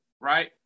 right